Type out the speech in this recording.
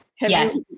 Yes